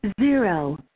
zero